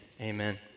amen